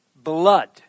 Blood